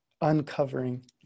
uncovering